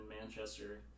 Manchester